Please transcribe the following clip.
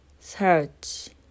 search